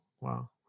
Wow